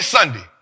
Sunday